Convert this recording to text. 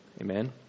Amen